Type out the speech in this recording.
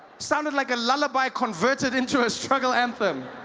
sounded like a lullaby converted into a struggle anthem